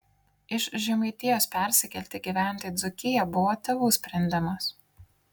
iš žemaitijos persikelti gyventi į dzūkiją buvo tėvų sprendimas